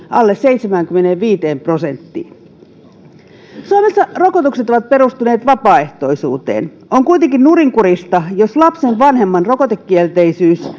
alle seitsemäänkymmeneenviiteen prosenttiin suomessa rokotukset ovat perustuneet vapaaehtoisuuteen on kuitenkin nurinkurista jos vanhemman rokotekielteisyys